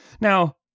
Now